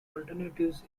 alternatives